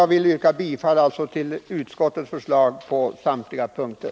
Jag vill yrka bifall till näringsutskottets hemställan på samtliga punkter.